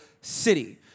city